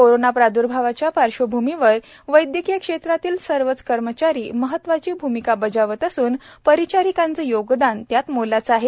corona प्रादुर्भाच्या पार्श्वभूमीवर वैद्यकीय क्षेत्रातील सर्वच कर्मचारी महत्वाची भूमिका बजावत असून परिचारीकांचे योगदान त्यात मोलाचे आहे